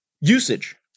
usage